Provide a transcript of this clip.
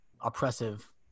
oppressive